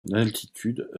altitude